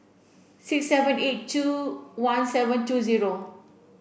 six seven eight two one seven two zero